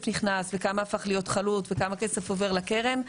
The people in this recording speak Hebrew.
נכנס וכמה הפך להיות חלוט וכמה כסף נכנס לקרן.